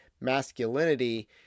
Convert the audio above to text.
masculinity